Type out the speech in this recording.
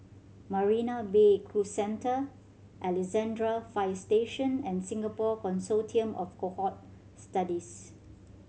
Marina Bay Cruise Centre Alexandra Fire Station and Singapore Consortium of Cohort Studies